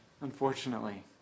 unfortunately